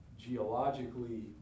Geologically